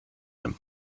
him